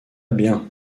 bien